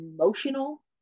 emotional